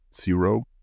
zero